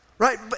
Right